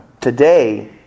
Today